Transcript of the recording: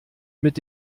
mit